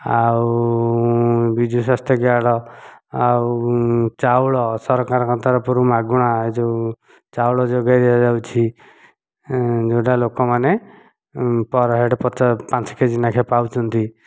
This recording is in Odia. ଆଉ ବିଜୁ ସ୍ୱାସ୍ଥ୍ୟ କାର୍ଡ଼ ଆଉ ଚାଉଳ ସରକାରଙ୍କ ତରଫରୁ ମାଗଣା ଯେଉଁ ଚାଉଳ ଯୋଗାଇ ଦିଆଯାଉଛି ଯେଉଁଟା ଲୋକମାନେ ପର୍ ହେଡ଼ ପାଞ୍ଚ କେଜି ଲେଖା ପାଉଛନ୍ତି